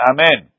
Amen